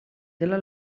della